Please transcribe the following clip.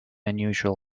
unusual